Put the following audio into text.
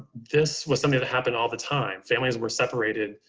this was something that happened all the time. families were separated,